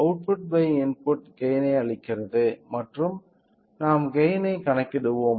output by input gain ஐ அளிக்கிறது மற்றும் நாம் கெய்ன் ஐ கணக்கிடுவோம்